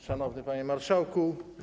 Szanowny Panie Marszałku!